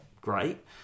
great